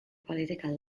political